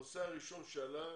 הנושא הראשון שעלה,